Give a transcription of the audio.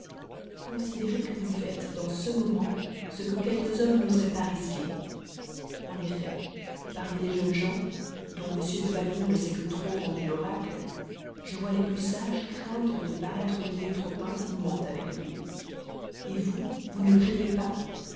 considérez que vous faites dans ce moment ce que quelques hommes n'oseraient pas risquer en effet parmi les jeunes gens dont m de valmont ne s'est que trop rendu l'oracle je vois les plus sages craindre de paraître liés trop intimement avec lui vous vous ne le craignez pas